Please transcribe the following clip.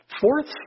fourth